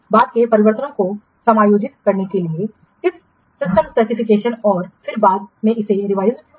बाद के परिवर्तनों को समायोजित करने के लिए किस सिस्टम स्पेसिफिकेशन और फिर बाद में इसे रिवाइज किया जा सकता है